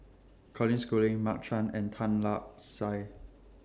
Colin Schooling Mark Chan and Tan Lark Sye